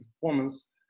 performance